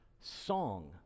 song